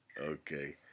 Okay